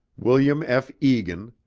william f. egan,